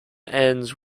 ends